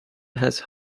has